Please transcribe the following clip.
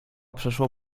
przeszło